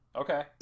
Okay